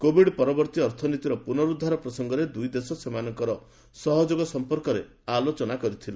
Covid ପରବର୍ତ୍ତୀ ଅର୍ଥନୀତିର ପୁନରୁଦ୍ଧାର ପ୍ରସଙ୍ଗରେ ଦୁଇ ଦେଶ ସେମାନଙ୍କ ସହଯୋଗ ସମ୍ପର୍କରେ ଆଲୋଚନା କରିଥିଲେ